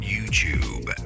YouTube